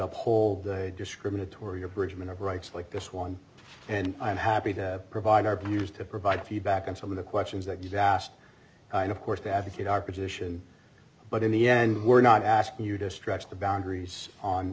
up hold a discriminatory abridgement of rights like this one and i'm happy to provide argues to provide feedback on some of the questions that you've asked and of course to advocate our position but in the end we're not asking you to stretch the boundaries on